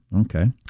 Okay